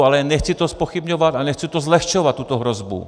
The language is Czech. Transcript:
Ale nechci to zpochybňovat a nechci to zlehčovat, tuto hrozbu.